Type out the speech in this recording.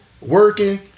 working